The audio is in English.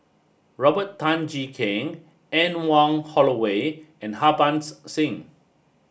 Robert Tan Jee Keng Anne Wong Holloway and Harbans Singh